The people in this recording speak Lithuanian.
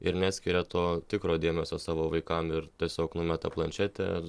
ir neskiria to tikro dėmesio savo vaikam ir tiesiog numeta planšetę